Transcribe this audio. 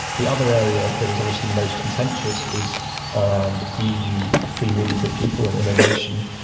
the other area that is obviously the most contentious is around eu free movement of people and immigration,